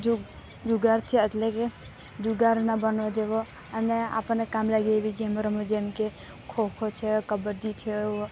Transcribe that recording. જુ જુગાર થયા એટલે કે જુગારના બનો જેવો અને આપણ ને કામ લાગે એવી ગેમ રમો જેમકે ખોખો છે કબડ્ડી છે